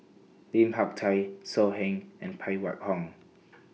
Lim Hak Tai So Heng and Phan Wait Hong